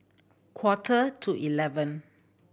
quarter to eleven